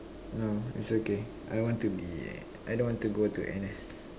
no it's okay I want to be I don't want to go to N_S